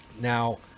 Now